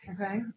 Okay